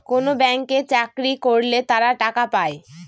কোনো ব্যাঙ্কে চাকরি করলে তারা টাকা পায়